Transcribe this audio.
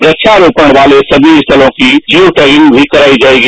कूबारोपण वाले सभी स्थलों की जियो टैगिंग भी कराई जाएगी